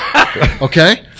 Okay